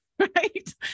right